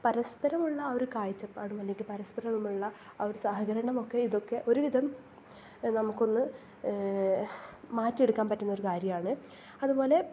പരസ്പരമുള്ള ആ ഒര് കാഴ്ച്ചപ്പാടും അല്ലെങ്കിൽ പരസ്പരമുള്ള ആ ഒര് സഹകരണമൊക്കെ ഇതൊക്കെ ഒര് വിധം നമുക്കൊന്ന് മാറ്റി എടുക്കാൻ പറ്റുന്ന ഒര് കാര്യമാണ് അതുപോലെ